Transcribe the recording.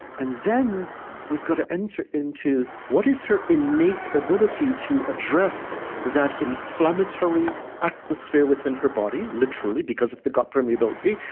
and then we've got to enter into, what is her innate ability to address that inflammatory atmosphere within her body? literally because of the gut permeability.